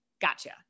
Gotcha